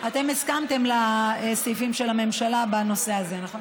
אתם הסכמתם לסעיפים של הממשלה בנושא הזה, נכון?